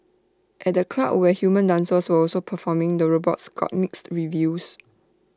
at the club where human dancers were also performing the robots got mixed reviews